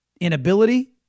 inability